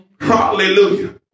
Hallelujah